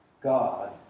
God